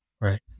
right